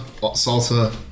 salsa